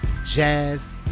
jazz